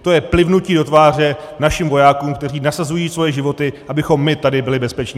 To je plivnutí do tváře našim vojákům, kteří nasazují svoje životy, abychom my tady byli bezpeční.